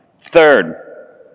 Third